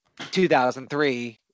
2003